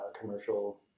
commercial